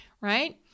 right